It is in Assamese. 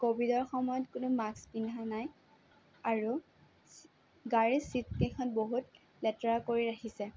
ক'ভিডৰ সময়ত কোনো মাস্ক পিন্ধা নাই আৰু ছি গাড়ীৰ ছিটকেইখন বহুত লেতেৰা কৰি ৰাখিছে